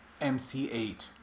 mc8